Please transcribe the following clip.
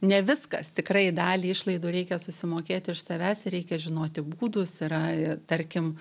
ne viskas tikrai dalį išlaidų reikia susimokėti iš savęs reikia žinoti būdus yra tarkim